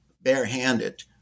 barehanded